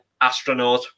astronaut